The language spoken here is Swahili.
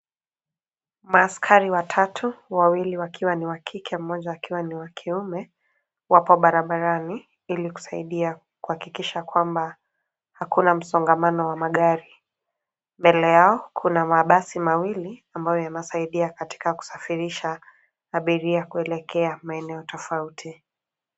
Maaskari watatu, wawili wakiwa ni wa kike mmjoa akiwa ni wa kiume wako barabarani ili kusaidia kuhakikisha kwamba akuna msongamano wa magari. Mbele yao kuna mabasi mawili ambayo yanasaidia katika kusafirisha abira kuelekea maeneo tofauti.